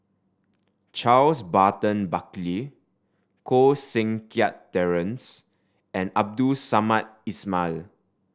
Charles Burton Buckley Koh Seng Kiat Terence and Abdul Samad Ismail